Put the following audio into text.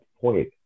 point